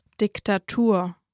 Diktatur